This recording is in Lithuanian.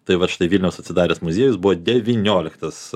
tai vat štai vilniaus atsidaręs muziejus buvo devynioliktas